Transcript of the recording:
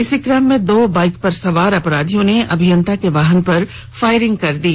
इसी क्रम में दो बाइक पर सवार अपराधियों ने अभियंता के वाहन में फायरिंग कर दी